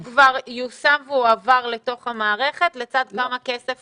כמה כסף כבר יוסב ויועבר לתוך המערכת, לצד כמה כסף